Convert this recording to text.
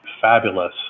fabulous